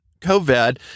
COVID